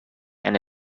and